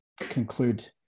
conclude